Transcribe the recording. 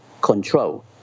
control